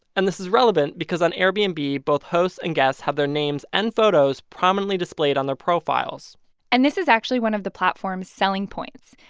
and this is relevant because, on airbnb, both hosts and guests have their names and photos prominently displayed on their profiles and this is actually one of the platform's selling points.